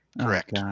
correct